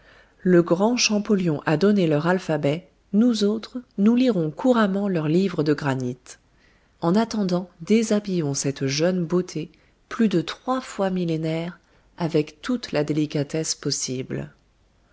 le grand champollion a donné leur alphabet nous autres nous lirons couramment leurs livres de granit en attendant déshabillons cette jeune beauté plus de trois fois millénaire avec toute la délicatesse possible